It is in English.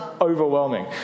overwhelming